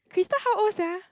Crystal how old sia